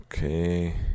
Okay